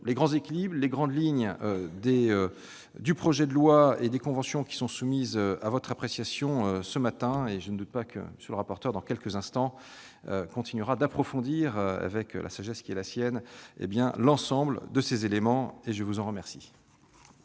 les grands équilibres, les grandes lignes du projet de loi et des conventions qui sont soumis à votre appréciation ce matin. Je ne doute pas que M. le rapporteur, dans quelques instants, approfondira, avec la sagesse qui est la sienne, l'ensemble de ces éléments. La parole est à M.